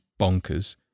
bonkers